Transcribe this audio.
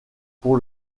pour